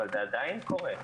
אבל זה עדיין קורה.